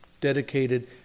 dedicated